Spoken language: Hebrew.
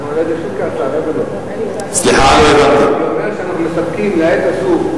אני אומר שאנחנו מסתפקים לעת הזו.